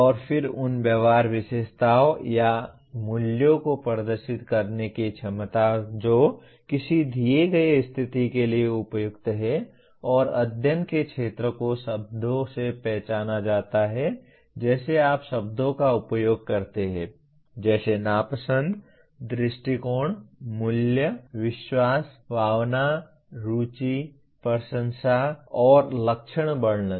और फिर उन व्यवहार विशेषताओं या मूल्यों को प्रदर्शित करने की क्षमता जो किसी दिए गए स्थिति के लिए उपयुक्त हैं और अध्ययन के क्षेत्र को शब्दों से पहचाना जाता है जैसे आप शब्दों का उपयोग करते हैं जैसे नापसंद दृष्टिकोण मूल्य विश्वास भावना रुचि प्रशंसा और लक्षण वर्णन